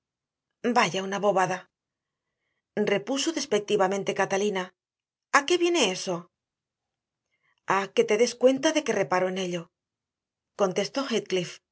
vaya una bobada repuso despectivamente catalina a qué viene eso a que te des cuenta de que reparo en ello contestó